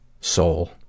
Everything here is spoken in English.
soul